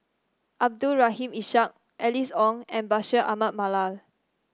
Abdul Rahim Ishak Alice Ong and Bashir Ahmad Mallal